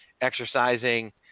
exercising